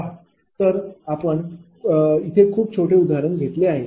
पाहा तर आपण खूप छोटे उदाहरण घेतले आहे